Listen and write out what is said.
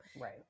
Right